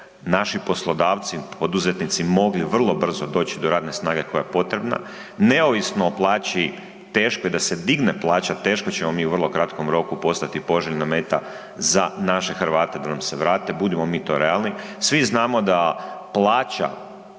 naši poslodavci, poduzetnici mogli vrlo brzo doći do radne snage koja je potrebna, neovisno o plaći teško je da se digne plaća, teško ćemo mi u vrlo kratkom roku postati poželjna meta za naše Hrvate da nam se vrate, budimo mi to realni. Svi znamo plaća